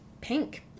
pink